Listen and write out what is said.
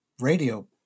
radio